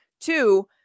Two